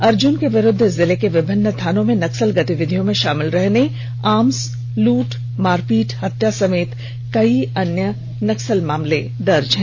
अर्जुन के विरुद्व जिले के विभिन्न थानों में नक्सल गतिविधियों में शामिल रहने आर्म्स लूट मारपीट हत्या समेत अन्य नक्सल मामले दर्ज हैं